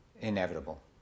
inevitable